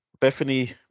Bethany